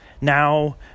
now